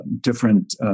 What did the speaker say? different